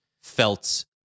felt